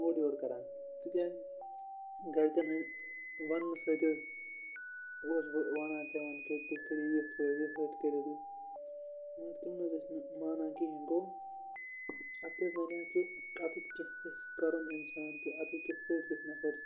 اورٕ یورٕ کَران تِکیٛازِ گَرِکٮ۪ن ہٕنٛدۍ وَنٛنہٕ سۭتۍ اوس بہٕ وَنان تِمَن کہِ تُہۍ کٔرِو یِتھ پٲٹھۍ یِتھ پٲٹھۍ کٔرِو تُہۍ مگر تم نہ حظ ٲسۍ نہٕ مانان کِہیٖنۍ گوٚو اَتِتھ حظ نَنیاو کہِ اَتِیتھ کیٚنٛہہ گژھِ کَرُن اِنسان تہٕ اَتِتھ کِتھ پٲٹھۍ گژھِ نَفَر